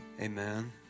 Amen